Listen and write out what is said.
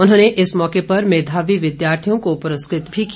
उन्होंने इस मौके पर मेधावी विद्यार्थियों को पुरस्कृत भी किया